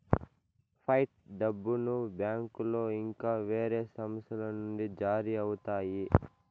fight డబ్బును బ్యాంకులో ఇంకా వేరే సంస్థల నుండి జారీ అవుతాయి